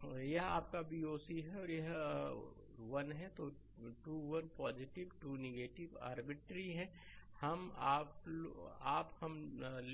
slide समय देखें 1423 यह आपका Voc है यह 1 है और 2 1 पॉजिटिव 2 नेगेटिव हैआर्बिट्रेरी है आप हम